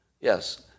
Yes